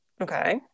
Okay